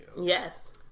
Yes